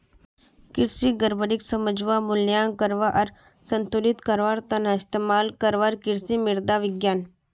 कृषि गड़बड़ीक समझवा, मूल्यांकन करवा आर संतुलित करवार त न इस्तमाल करवार कृषि मृदा विज्ञान